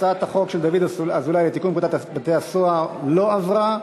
הצעת החוק של דוד אזולאי לתיקון פקודת בתי-הסוהר לא עברה.